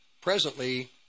presently